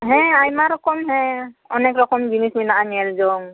ᱦᱮᱸ ᱟᱭᱢᱟ ᱨᱚᱠᱚᱢ ᱦᱮᱸ ᱚᱱᱮᱠ ᱨᱚᱠᱚᱢ ᱡᱤᱱᱤᱥ ᱢᱮᱱᱟᱜᱼᱟ ᱧᱮᱞᱡᱚᱝ